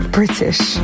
British